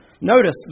Notice